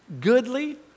goodly